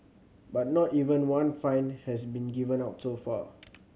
but not even one fine has been given out so far